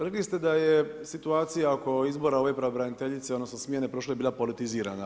Rekli ste da je situacija oko izbora ove pravobraniteljice, odnosno smjene prošle bila politizirana.